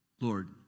Lord